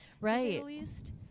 Right